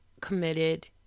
committed